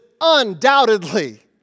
undoubtedly